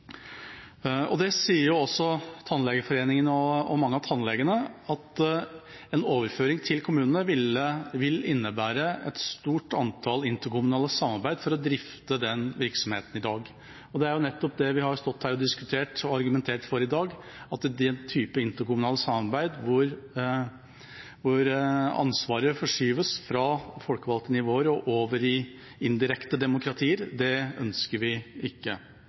1974. Det sier jo også Tannlegeforeningen og mange av tannlegene, at en overføring til kommunene vil innebære et stort antall interkommunale samarbeid for å drifte den virksomheten i dag. Det er nettopp det vi har stått her og diskutert og argumentert for i dag, at den type interkommunale samarbeid hvor ansvaret forskyves fra folkevalgte nivåer og over i indirekte demokratier, ønsker vi ikke